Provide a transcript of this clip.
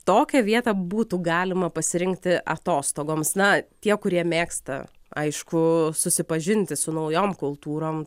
tokią vietą būtų galima pasirinkti atostogoms na tie kurie mėgsta aišku susipažinti su naujom kultūrom